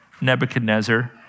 Nebuchadnezzar